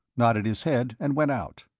nodded his head, and went out.